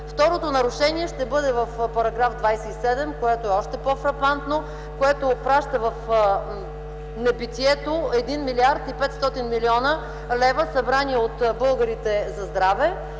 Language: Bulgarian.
Второто нарушение ще бъде в § 27, което е още по-фрапантно, което отпраща в небитието 1 млрд. 500 млн. лв., събрани от българите за здраве,